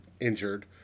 injured